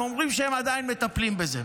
הם אומרים שהם עדיין מטפלים בזה.